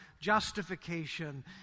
justification